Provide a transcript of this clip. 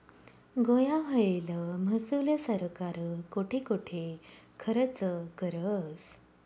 गोया व्हयेल महसूल सरकार कोठे कोठे खरचं करस?